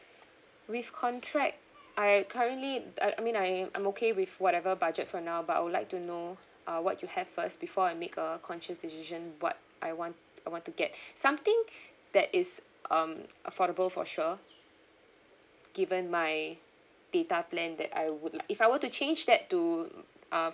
with contract I currently I I mean I I'm okay with whatever budget for now but I would like to know uh what you have first before I make a conscious decision what I want I want to get something that is um affordable for sure given my data plan that I would like if I were to change that to mm uh